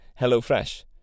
HelloFresh